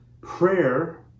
prayer